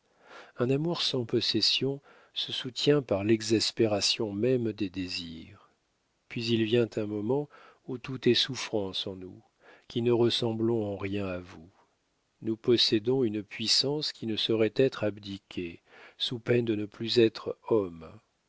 un amour sans possession se soutient par l'exaspération même des désirs puis il vient un moment où tout est souffrance en nous qui ne ressemblons en rien à vous nous possédons une puissance qui ne saurait être abdiquée sous peine de ne plus être hommes